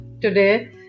today